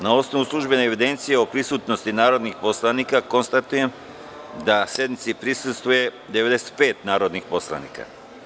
Na osnovu službene evidencije o prisutnosti narodnih poslanika, konstatujem da sednici prisustvuje 95 narodnih poslanika.